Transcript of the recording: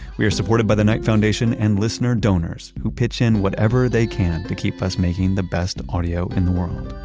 we are supported by the knight foundation and listener donors, who pitch in whatever they can to keep us making the best audio in the world